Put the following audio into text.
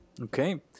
Okay